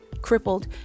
crippled